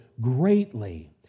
greatly